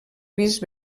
vist